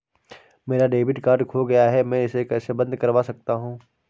मेरा debit card खो गया है मैं इसे कैसे बंद करवा सकता हूँ?